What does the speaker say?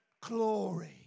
glory